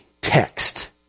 text